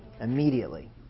Immediately